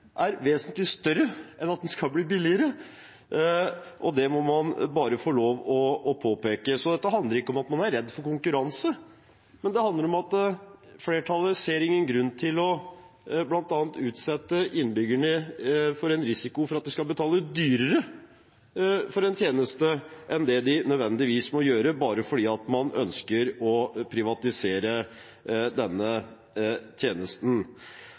er f.eks. vesentlig større enn at det skal bli billigere. Det må man bare få lov til å påpeke. Dette handler ikke om at man er redd for konkurranse, det handler om at flertallet ikke ser noen grunn til å utsette innbyggerne for en risiko for å betale mer for en tjeneste enn det de nødvendigvis må, bare fordi man ønsker å privatisere denne tjenesten.